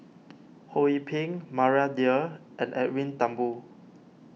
Ho Yee Ping Maria Dyer and Edwin Thumboo